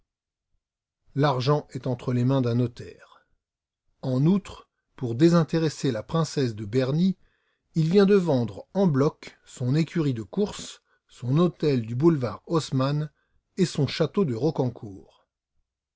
l'argent est entre les mains d'un notaire en outre pour désintéresser la princesse de berny il vient de vendre en bloc son écurie de courses son hôtel du boulevard haussmann et son château de roquencourt